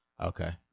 Okay